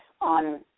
on